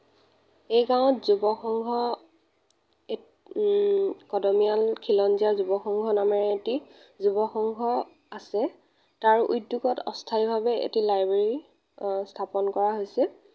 এই গাঁৱত যুৱ সংঘ কদমীয়াল খিলঞ্জীয়া যুৱ সংঘ নামেৰে এটি যুৱ সংঘ আছে তাৰ উদ্যাগত অস্থায়ী ভাবে এটি লাইব্ৰেৰী স্থাপন কৰা হৈছে